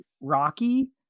Rocky